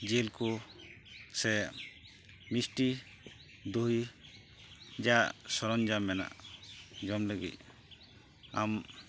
ᱡᱤᱞᱠᱚ ᱥᱮ ᱢᱤᱥᱴᱤ ᱫᱳᱭ ᱡᱟ ᱥᱚᱨᱚᱧᱡᱟᱢ ᱢᱮᱱᱟᱜ ᱡᱚᱢ ᱞᱟᱹᱜᱤᱫ ᱟᱢ